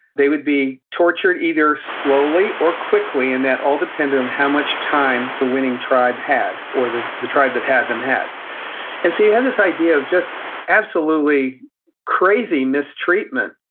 they would be tortured, either slowly or quickly. and that all depended on how much time the winning tribe had, or the the tribe that had them had and so you had this idea of just absolutely crazy mistreatment,